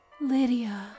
Lydia